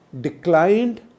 declined